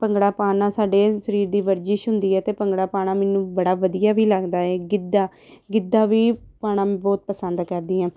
ਭੰਗੜਾ ਪਾਉਣ ਨਾਲ ਸਾਡੇ ਸਰੀਰ ਦੀ ਵਰਜਿਸ਼ ਹੁੰਦੀ ਹੈ ਅਤੇ ਭੰਗੜਾ ਪਾਉਣਾ ਮੈਨੂੰ ਬੜਾ ਵਧੀਆ ਵੀ ਲੱਗਦਾ ਹੈ ਗਿੱਧਾ ਗਿੱਧਾ ਵੀ ਪਾਉਣਾ ਮੈਂ ਬਹੁਤ ਪਸੰਦ ਕਰਦੀ ਹਾਂ